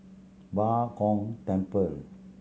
Bao Gong Temple